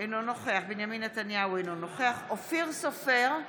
אינו נוכח בנימין נתניהו, אינו נוכח אופיר סופר,